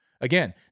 Again